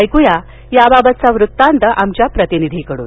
ऐक्या या बाबतचा वृतांत आमच्या प्रतिनिधी कडून